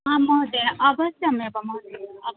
आं महोदयः अवश्यमेव महोदय अवश्यं